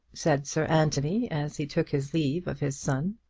said sir anthony, as he took his leave of his son.